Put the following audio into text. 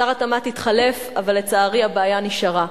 שר התמ"ת התחלף, אבל לצערי הבעיה נשארה.